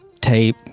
tape